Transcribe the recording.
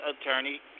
attorney